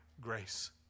grace